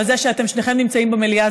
אבל זה שאתם שניכם נמצאים במליאה,